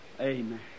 Amen